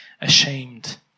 ashamed